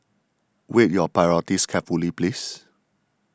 weigh your priorities carefully please